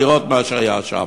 לראות מה שהיה שם.